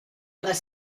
les